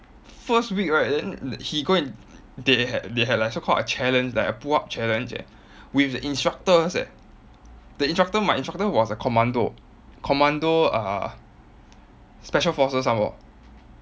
first week right then he go and they had they had like so-called like a challenge like a pull-up challenge eh with the instructors eh the instructor my instructor was a commando commando uh special forces some more